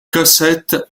cosette